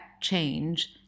change